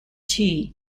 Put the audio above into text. tea